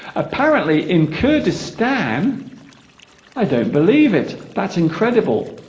apparently in kurdistan i don't believe it that's incredible